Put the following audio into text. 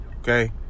Okay